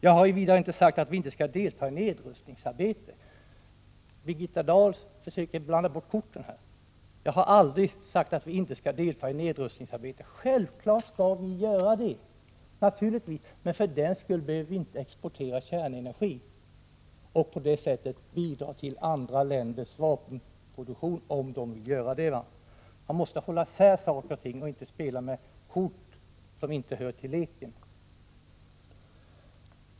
Jag har vidare inte sagt att vi inte skall delta i nedrustningsarbetet. Birgitta Dahl försöker blanda bort korten. Självfallet skall vi delta i nedrustningsarbetet, men för den skull behöver vi inte exportera kärnenergi och på det sättet bidra till andra länders vapenproduktion, om de vill utnyttja materialet så. Man måste hålla isär saker och ting och får inte spela med kort som inte hör till leken.